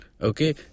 Okay